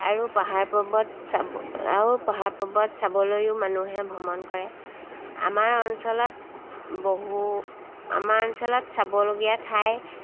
আৰু পাহাৰ পৰ্বত চাব আৰু পাহাৰ পৰ্বত চাবলৈও মানুহে ভ্ৰমণ কৰে আমাৰ অঞ্চলত বহু আমাৰ অঞ্চলত চাবলগীয়া ঠাই